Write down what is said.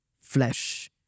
flesh